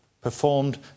performed